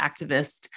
activist